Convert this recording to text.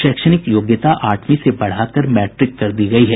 शैक्षणिक योग्यता आठवीं से बढ़ाकर मैट्रिक कर दी गयी है